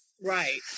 Right